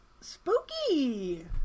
spooky